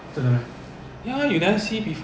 but the airspace one 全部是 johor 建